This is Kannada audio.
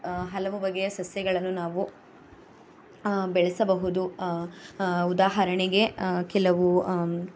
ಹಲವು ಬಗೆಯ ಸಸ್ಯಗಳನ್ನು ನಾವು ಬೆಳೆಸಬಹುದು ಉದಾಹರಣೆಗೆ ಕೆಲವು